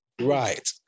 right